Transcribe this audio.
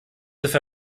heute